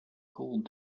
gold